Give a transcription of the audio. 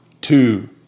two